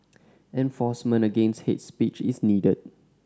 enforcement against hate speech is needed